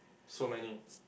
so many